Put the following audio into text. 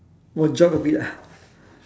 oh jog a bit ah